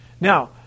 Now